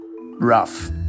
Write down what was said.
rough